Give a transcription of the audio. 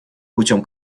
путем